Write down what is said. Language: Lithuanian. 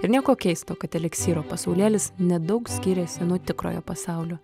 ir nieko keisto kad eliksyro pasaulėlis nedaug skiriasi nuo tikrojo pasaulio